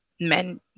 men